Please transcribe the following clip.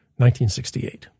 1968